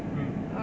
mm